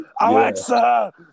Alexa